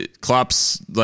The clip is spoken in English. Klopp's